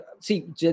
see